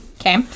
okay